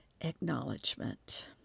acknowledgement